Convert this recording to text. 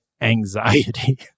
anxiety